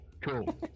Cool